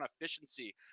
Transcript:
efficiency